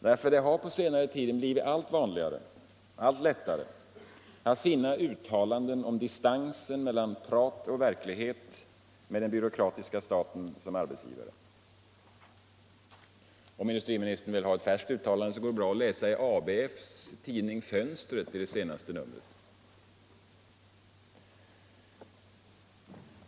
Därför att det har på senare tid blivit allt vanligare och allt lättare att finna uttalanden om distansen mellan prat och verklighet med den byråkratiska staten som arbetsgivare. Om industriministern vill ha ett färskt uttalande går det bra att läsa det senaste numret av ABF:s tidning Fönstret.